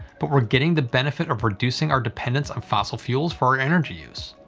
but we're getting the benefit of reducing our dependence on fossil fuels for our energy use.